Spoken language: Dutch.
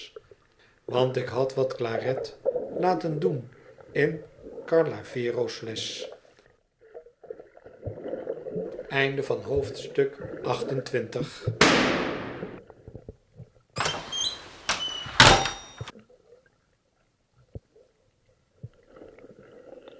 want ik had wat olaret laten doen in oarlavero's